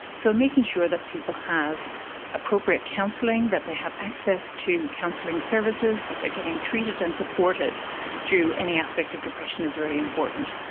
so making sure that people have appropriate counselling, that they have access to counselling services, that they're getting treated and supported through any aspect of depression is really important.